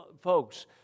folks